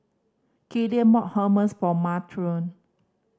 Killian bought Hummus for Montrell